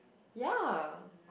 ya